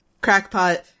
Crackpot –